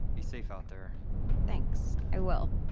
be safe out there thanks. i will